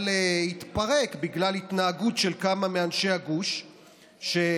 אבל התפרק בגלל התנהגות של כמה מאנשי הגוש שערקו,